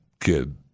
kid